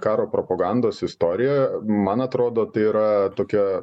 karo propagandos istorija man atrodo tai yra tokia